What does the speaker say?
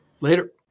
later